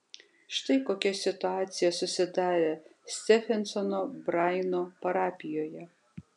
štai kokia situacija susidarė stefensono braino parapijoje